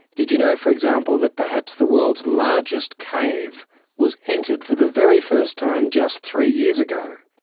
did you know, for example, that perhaps the world's largest cave was entered for the very first time just three years ago?